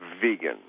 vegan